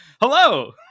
Hello